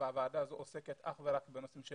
והוועדה הזו עוסקת אך ורק בנושאים של